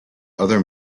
other